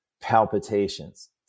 palpitations